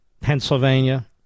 Pennsylvania